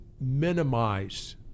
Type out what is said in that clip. minimize